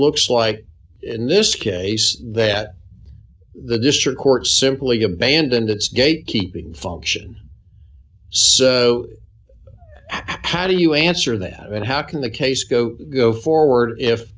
looks like in this case that the district court simply abandoned its gate keeping function so how do you answer that and how can the case go go forward if